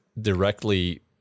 directly